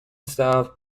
staff